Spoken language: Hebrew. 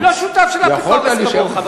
אני לא שותף של אפיקורסים כמוך.